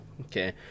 Okay